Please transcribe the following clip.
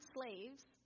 slaves